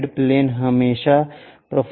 side plane हमेशा profile plane होते हैं